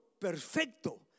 perfecto